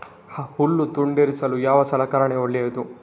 ಹುಲ್ಲು ತುಂಡರಿಸಲು ಯಾವ ಸಲಕರಣ ಒಳ್ಳೆಯದು?